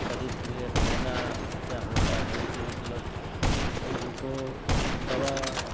शरीर के लिए फ़ायदा क्या होता है कि मतलब नहीं हमको दवा